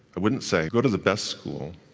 i wouldn't say, go to the best school,